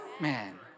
man